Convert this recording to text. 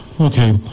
Okay